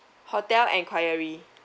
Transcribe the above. hotel inquiry